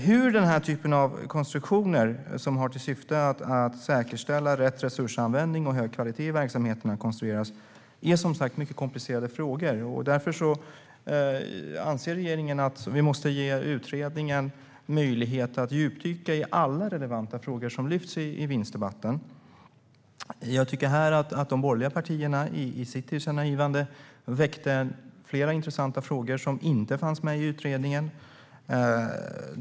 Hur den typ av konstruktioner som har till syfte att säkerställa rätt resursanvändning och hög kvalitet i verksamheterna ska se ut är som sagt en mycket komplicerad fråga. Därför anser regeringen att vi måste ge utredningen möjlighet att djupdyka i alla relevanta frågor som lyfts fram i vinstdebatten. Jag tycker att de borgerliga partierna i sitt tillkännagivande väckte flera intressanta frågor som inte fanns med i utredningen.